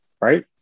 Right